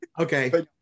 Okay